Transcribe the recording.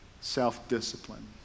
self-discipline